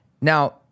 Now